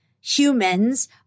humans